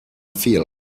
field